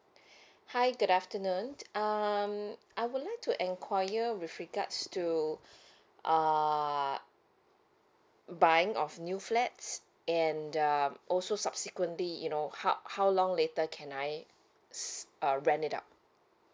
hi good afternoon um I would like to enquire with regards to uh buying of new flats and um also subsequently you know how how long later can I s~ uh rent it out